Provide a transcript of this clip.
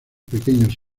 pequeños